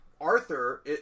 Arthur